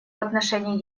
отношении